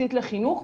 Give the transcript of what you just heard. הבסיסית לחינוך,